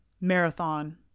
marathon